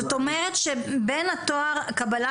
זאת אומרת שבין הקבלה